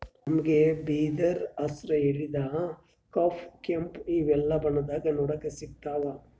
ನಮ್ಗ್ ಬಿದಿರ್ ಹಸ್ರ್ ಹಳ್ದಿ ಕಪ್ ಕೆಂಪ್ ಇವೆಲ್ಲಾ ಬಣ್ಣದಾಗ್ ನೋಡಕ್ ಸಿಗ್ತಾವ್